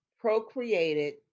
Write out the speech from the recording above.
procreated